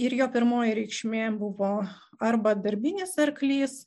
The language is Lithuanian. ir jo pirmoji reikšmė buvo arba darbinis arklys